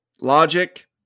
logic